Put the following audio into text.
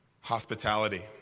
hospitality